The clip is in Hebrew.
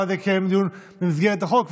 ואז יתקיים דיון במסגרת החוק,